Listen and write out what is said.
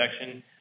section